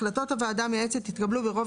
החלטות הוועדה המייעצת יתקבלו ברוב